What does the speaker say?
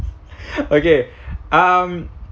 okay um